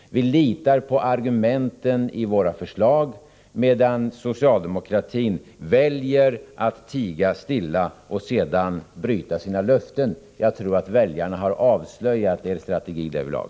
Vi litar på argumenten i våra förslag, medan socialdemokratin väljer att tiga still och sedan bryta sina löften. Jag tror att väljarna avslöjat er strategi därvidlag.